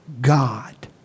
God